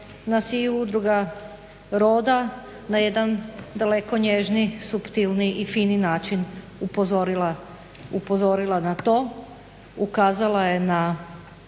nas je i udruga Roda na jedan daleko nježniji, suptilniji i fini način upozorila na to. Ukazala je na